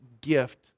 gift